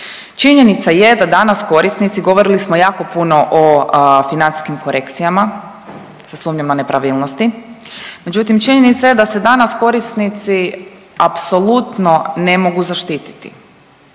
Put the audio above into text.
Činjenica je da danas korisnici, govorili smo jako puno o financijskim korekcijama, sa sumnjom na nepravilnosti, međutim, činjenica je da se danas korisnici apsolutno ne mogu zaštititi.